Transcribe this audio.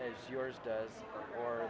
as yours or